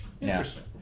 Interesting